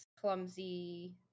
clumsy